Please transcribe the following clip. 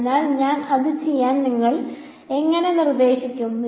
അതിനാൽ ഞാൻ അത് ചെയ്യാൻ നിങ്ങൾ എങ്ങനെ നിർദ്ദേശിക്കും